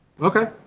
Okay